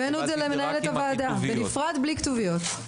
הבאנו את זה למנהלת הוועדה בנפרד בלי כתוביות.